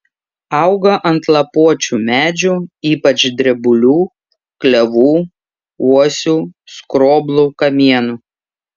auga ant lapuočių medžių ypač drebulių klevų uosių skroblų kamienų